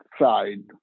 side